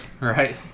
Right